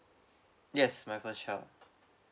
yes my first child